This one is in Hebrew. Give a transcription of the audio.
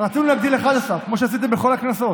רצינו להגדיל ל-11, כמו שעשיתם בכל הכנסות,